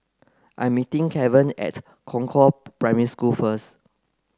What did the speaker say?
I am meeting Keven at Concord Primary School first